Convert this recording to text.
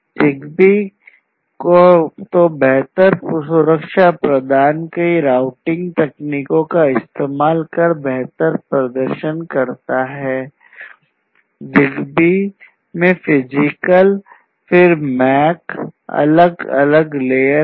ZigBee तो बेहतर सुरक्षा प्रदान कई राउटिंग तकनीकों का इस्तेमाल कर बेहतर प्रदर्शन करता है